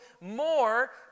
more